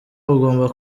bugomba